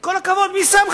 עם כל הכבוד, מי שמך?